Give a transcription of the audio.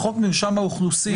בחוק מרשם האוכלוסין,